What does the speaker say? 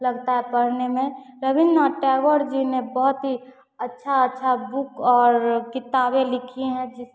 लगता है पढ़ने में रवीन्द्र नाथ टैगोर जी ने बहुत ही अच्छी अच्छी बुक और किताबें लिखी हैं जिसकी